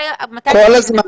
כל הזמן.